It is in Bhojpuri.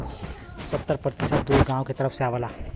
सत्तर प्रतिसत दूध गांव के तरफ से आवला